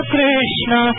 Krishna